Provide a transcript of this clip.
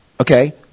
Okay